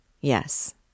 Yes